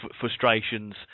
frustrations